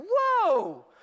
Whoa